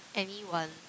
anyone